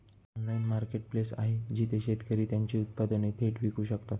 Online marketplace आहे जिथे शेतकरी त्यांची उत्पादने थेट विकू शकतात?